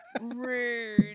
rude